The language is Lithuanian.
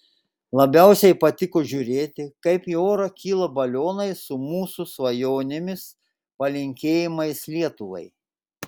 labiausiai patiko žiūrėti kaip į orą kyla balionai su mūsų svajonėmis palinkėjimais lietuvai